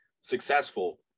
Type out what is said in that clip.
successful